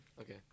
Okay